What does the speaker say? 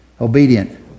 obedient